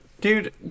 Dude